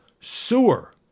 sewer